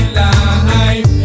life